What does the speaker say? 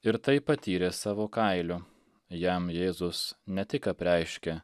ir tai patyrė savo kailiu jam jėzus ne tik apreiškė